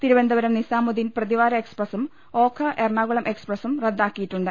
തിരുവനന്ത പുരം നിസാമുദ്ദീൻ പ്രതിവാര എക്സ്പ്രസും ഓഖാ എറണാ കുളം എക്സ്പ്രസും റദ്ദാക്കിയിട്ടുണ്ട്